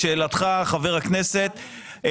לשאלתך חבר הכנסת,